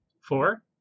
Four